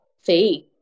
fee